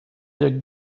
their